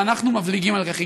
ואנחנו מבליגים על כך.